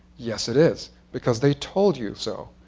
yes, it is, because they told you so.